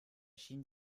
schien